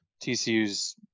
TCU's